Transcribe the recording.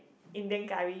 Indian curry